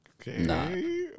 Okay